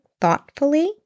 thoughtfully